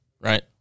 right